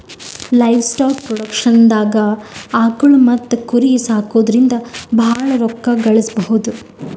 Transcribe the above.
livestock ಪ್ರೊಡಕ್ಷನ್ದಾಗ್ ಆಕುಳ್ ಮತ್ತ್ ಕುರಿ ಸಾಕೊದ್ರಿಂದ ಭಾಳ್ ರೋಕ್ಕಾ ಗಳಿಸ್ಬಹುದು